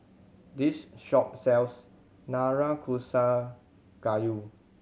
this shop sells Nanakusa Gayu